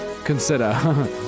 consider